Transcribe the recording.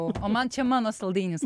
o o man čia mano saldainis